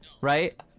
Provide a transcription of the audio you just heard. Right